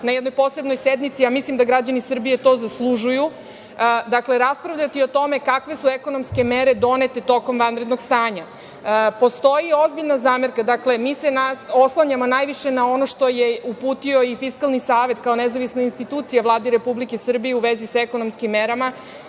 na jednoj posebnoj sednici, a mislim da građani Srbije to zaslužuju, raspravljati o tome kakve su ekonomske mere donete tokom vanrednog stanja. Postoji ozbiljna zamerka. Dakle, mi se oslanjamo najviše na ono što je uputio i Fiskalni savet kao nezavisna institucija Vlade Republike Srbije u vezi sa ekonomskim merama.